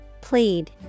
Plead